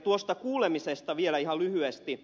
tuosta kuulemisesta vielä ihan lyhyesti